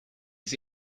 his